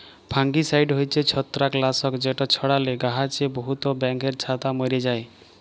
fungicide হছে ছত্রাক লাসক যেট ছড়ালে গাহাছে বহুত ব্যাঙের ছাতা ম্যরে যায়